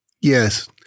Yes